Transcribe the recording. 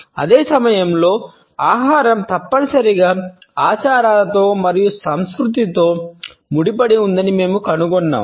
అదే సమయంలో ఆహారం తప్పనిసరిగా ఆచారాలతో మరియు సంస్కృతితో ముడిపడి ఉందని మేము కనుగొన్నాము